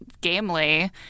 gamely